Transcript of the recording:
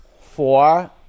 Four